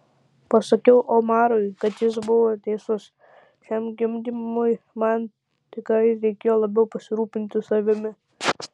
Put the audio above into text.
pasakiau omarui kad jis buvo teisus šiam gimdymui man tikrai reikėjo labiau pasirūpinti savimi